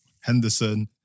Henderson